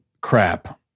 crap